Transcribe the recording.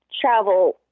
travel